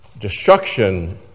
destruction